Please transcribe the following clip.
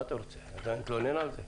מה אתה רוצה, שאני אתלונן על זה?